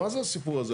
מה זה הסיפור הזה?